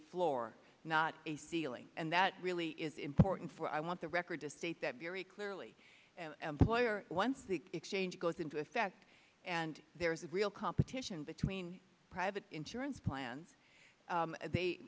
floor not a ceiling and that really is important for i want the record to state that very clearly and employer once the exchange goes into effect and there's real competition between private insurance plans they